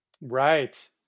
Right